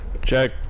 Check